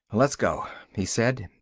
let's go, he said.